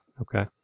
Okay